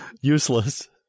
useless